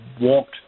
walked